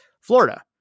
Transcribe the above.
Florida